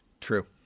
true